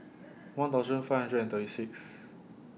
one thousand five hundred and thirty six